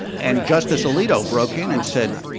and justice alito broke in and said,